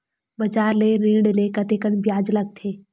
बजार ले ऋण ले म कतेकन ब्याज लगथे?